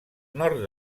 nord